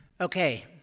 Okay